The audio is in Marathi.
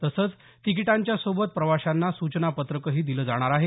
तसंच तिकिटांच्या सोबत प्रवाशांना सूचनापत्रकही दिलं जाणार आहे